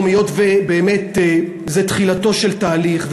היות שזה תחילתו של תהליך,